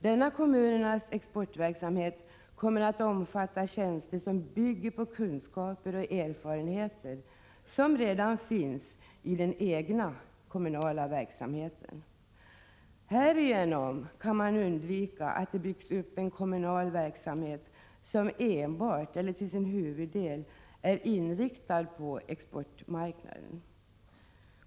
Denna kommunernas exportverksamhet kommer att omfatta tjänster som bygger på kunskaper och erfarenheter som redan finns i kommunernas egen verksamhet. Härigenom kan man undvika att det byggs upp kommunal verksamhet som enbart eller till sin huvuddel är inriktad på exportmarknaden.